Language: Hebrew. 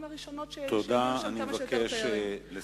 הראשונות שיגיעו אליהן כמה שיותר תיירים.